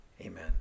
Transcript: Amen